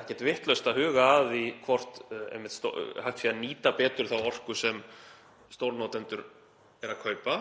ekkert vitlaust að huga að því hvort hægt sé að nýta betur þá orku sem stórnotendur eru að kaupa